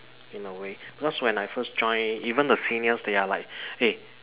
in a way because when I first join even the seniors they are like !hey!